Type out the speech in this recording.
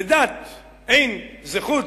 לדת אין זכות